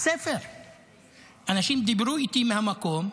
אנשים דיברו איתי מהמקום,